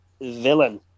villain